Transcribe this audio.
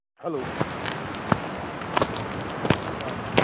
hello हँ